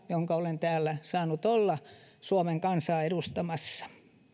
jonka olen täällä saanut olla suomen kansaa edustamassa